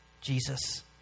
Jesus